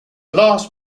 last